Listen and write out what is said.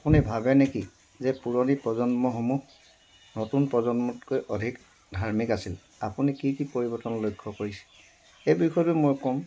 আপুনি ভাবে নেকি যে পুৰণি প্ৰজন্মসমূহ নতুন প্ৰজন্মতকৈ অধিক ধাৰ্মিক আছিল আপুনি কি কি পৰিৱৰ্তন লক্ষ্য কৰিছে এই বিষয়টোত মই কওঁ